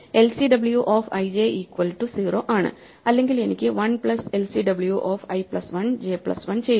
LCW of ij equal to 0 ആണ് അല്ലെങ്കിൽ എനിക്ക് 1 plus LCW of i plus 1 j plus 1 ചെയ്യുക